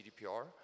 GDPR